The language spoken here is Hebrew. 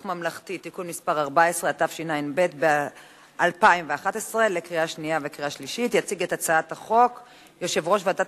בעד,